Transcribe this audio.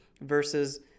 versus